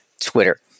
Twitter